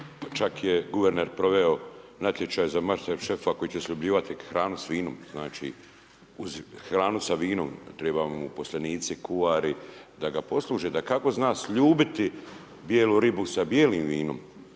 čak je guverner proveo natječaj za master šefa koji će sljubljivati hranu sa vinom, znači, hranu sa vinom, trebaju mu uposlenici, kuhari da ga posluže, da kako zna sljubiti bijelu ribu sa bijelim vinom.